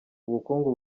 ubukungu